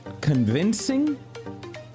convincing